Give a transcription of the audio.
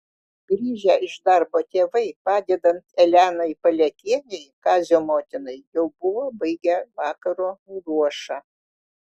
grįžę iš darbo tėvai padedant elenai palekienei kazio motinai jau buvo baigę vakaro ruošą